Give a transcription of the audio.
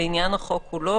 לעניין החוק כולו,